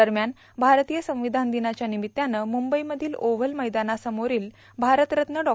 दरम्यान भारतीय संविधान र्मादनाच्या र्मामत्तानं मुंबईमधील ओव्हल मैदानासमोरोल भारतरत्न डॉ